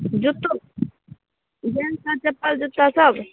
जुत्तो जेन्सके चप्पल जूत्ता सब